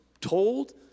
told